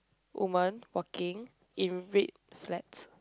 women walking in red flats